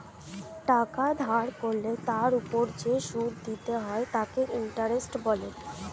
টাকা ধার করলে তার ওপর যে সুদ দিতে হয় তাকে ইন্টারেস্ট বলে